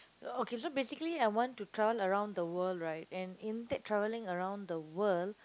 okay so basically I want to travel around the world right and in that travelling around the world